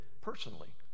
personally